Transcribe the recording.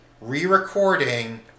re-recording